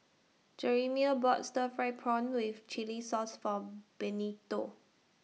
Jerimiah bought Stir Fried Prawn with Chili Sauce form Benito